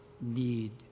need